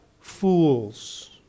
Fools